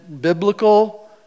biblical